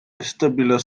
vestibular